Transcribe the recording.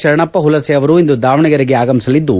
ಶರಣಪ್ಪ ಹಲಸೆ ಅವರು ಇಂದು ದಾವಣಗೆರೆ ಆಗಮಿಸಲಿದ್ದು